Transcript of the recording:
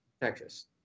Texas